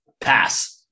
Pass